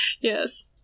Yes